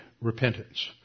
repentance